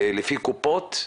לפי קופות,